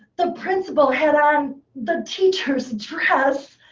the principal had on the teacher's dress.